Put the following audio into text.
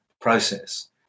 process